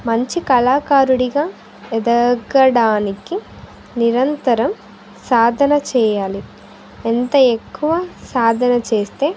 మంచి కళాకారుడిగా ఎదగడానికి నిరంతరం సాధన చేయాలి ఎంత ఎక్కువ సాధన చేస్తే